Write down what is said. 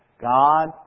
God